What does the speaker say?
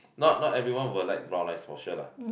not not everyone will like brown rice for sure lah